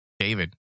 David